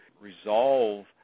resolve